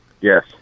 Yes